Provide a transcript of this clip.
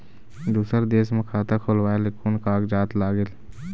दूसर देश मा खाता खोलवाए ले कोन कागजात लागेल?